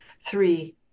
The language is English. Three